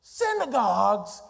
synagogues